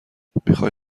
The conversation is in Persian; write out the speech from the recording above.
میخوای